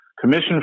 commission